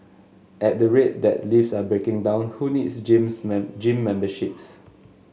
at the rate that lifts are breaking down who needs gyms men gym memberships